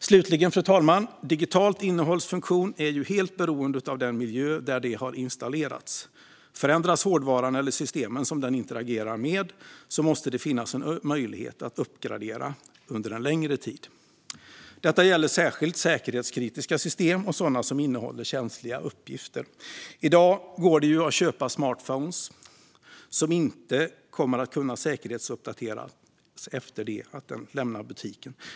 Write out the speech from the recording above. Slutligen, fru talman: Digitalt innehålls funktion är helt beroende av den miljö där det har installerats. Förändras hårdvaran eller systemen som denna interagerar med måste det finnas möjlighet att uppgradera under en längre tid. Detta gäller särskilt säkerhetskritiska system och sådana som innehåller känsliga uppgifter. I dag går det att köpa en smartphone som inte kommer att kunna säkerhetsuppdateras efter det att den lämnat butiken.